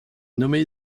nommé